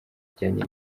zijyanye